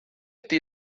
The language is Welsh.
ydy